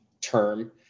term